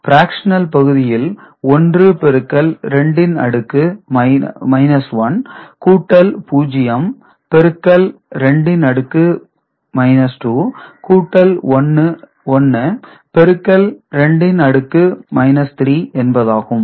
fractional பகுதியில் 1 பெருக்கல் 2 இன் அடுக்கு 1 கூட்டல் 0 பெருக்கல் 2 இன் அடுக்கு 2 கூட்டல் 1 பெருக்கல் 2 இன் அடுக்கு 3 என்பதாகும்